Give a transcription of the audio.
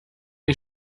ich